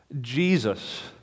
Jesus